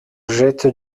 jette